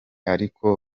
ariko